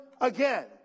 again